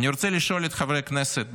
אני רוצה לשאול את חברי הכנסת,